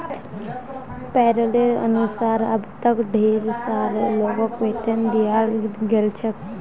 पैरोलेर अनुसार अब तक डेढ़ सौ लोगक वेतन दियाल गेल छेक